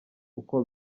uko